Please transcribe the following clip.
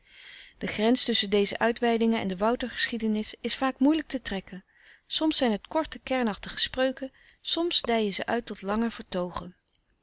de grens tusschen deze uitweidingen en de woutergeschiedenis is vaak moeilijk te trekken soms zijn het korte kernachtige spreuken soms dijen ze uit tot lange vertoogen